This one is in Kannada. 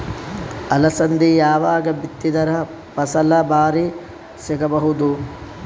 ಅಲಸಂದಿ ಯಾವಾಗ ಬಿತ್ತಿದರ ಫಸಲ ಭಾರಿ ಸಿಗಭೂದು?